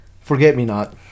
Forget-Me-Not